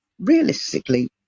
Realistically